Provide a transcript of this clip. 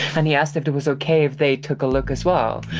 and he asked if it was okay if they took a look as well.